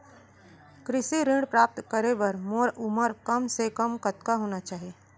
कृषि ऋण प्राप्त करे बर मोर उमर कम से कम कतका होना चाहि?